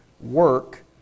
work